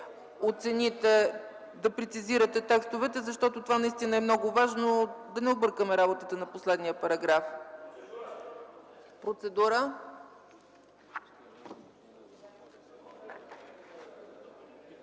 да прецизирате текстовете, защото това наистина е много важно. Да не объркаме работата на последния параграф. Процедура.